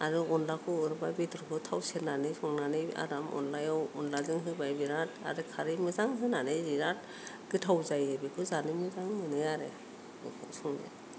आरो अनलाखौ हरबाय बेदेरखौ थाव सेरनानै एउनानै आराम अनलायाव होबाय आरो बिराद खारै मोजां होनानै गोथाव जायो बेखौ जानो मोजां मोनो आरो